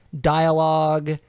dialogue